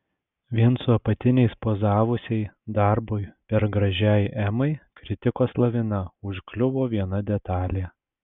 vien su apatiniais pozavusiai darbui per gražiai emai kritikos lavina užkliuvo viena detalė